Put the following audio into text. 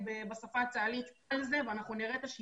דברים ברמה מאוד כללית, נגיד לגבי שוק